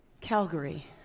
Calgary